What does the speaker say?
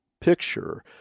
picture